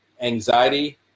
Anxiety